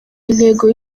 intego